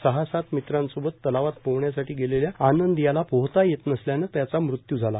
सहा सात मित्रांसोबत तलावात पोहण्यासाठी गेलेल्या आनंद याला पोहता येत नसल्यानं त्यांचा मृत्यू झाला